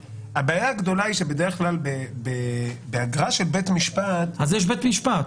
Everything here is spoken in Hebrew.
הבעיה הגדולה היא שבדרך כלל באגרה של בית משפט אז יש בית משפט,